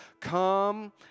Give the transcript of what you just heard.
come